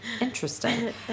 Interesting